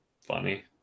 funny